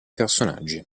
personaggi